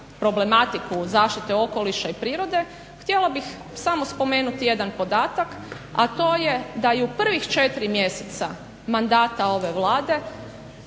problematiku zaštite okoliša i prirode htjela bih samo spomenuti jedan podatak, a to je da je u prvih četiri mjeseca mandata ove Vlade